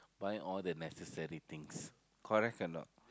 buy all the necessary things correct or not